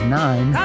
nine